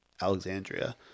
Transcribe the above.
Alexandria